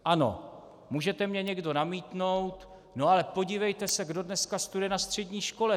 Ano, můžete mně někdo namítnout: No ale podívejte se, kdo dneska studuje na střední škole.